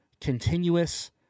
continuous